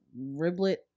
riblet